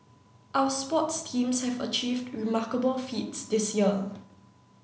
our sports teams have achieved remarkable feats this year